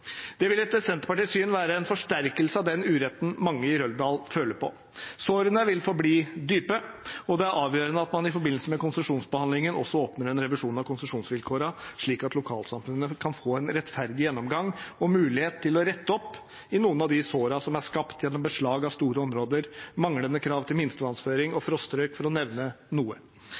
Det vil etter Senterpartiets syn være en forsterkning av den uretten mange i Røldal føler på. Sårene vil forbli dype, og det er avgjørende at man i forbindelse med konsesjonsbehandlingen også åpner en revisjon av konsesjonsvilkårene, slik at lokalsamfunnet kan få en rettferdig gjennomgang og mulighet til å rette opp i noen av de sårene som er skapt gjennom beslag av store områder, manglende krav til minstevannføring og frostrøyk, for å nevne noe.